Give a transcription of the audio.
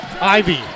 Ivy